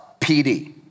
PD